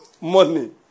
money